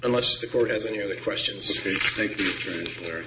unless the court has any other questions